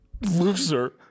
loser